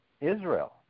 Israel